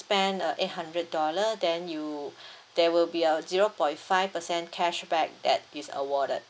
spend uh eight hundred dollar then you there will be a zero point five percent cashback that is awarded